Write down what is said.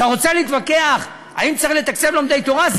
אתה רוצה להתווכח האם צריך לתקצב לומדי תורה?